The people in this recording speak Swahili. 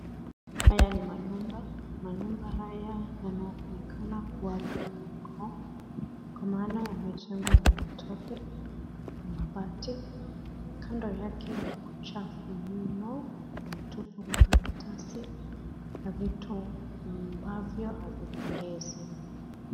Haya ni manyumba. Manyumba haya yanaonekana kua duni, kwa maana yamejengwa na matope na mabati. Kando yake ni kuchafu mno, kumetupwa makaratasi na vitu ambavyo havipendezi.